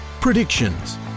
predictions